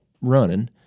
running